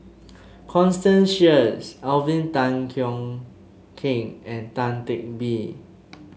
Constance Sheares Alvin Tan Cheong Kheng and Tan Teck Bee